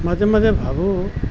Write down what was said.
মাজে মাজে ভাবোঁ